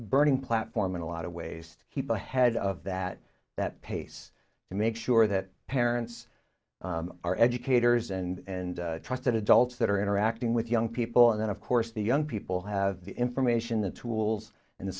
burning platform in a lot of ways to keep ahead of that that pace to make sure that parents are educators and trusted adults that are interacting with young people and then of course the young people have the information the tools and the